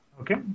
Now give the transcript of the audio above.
Okay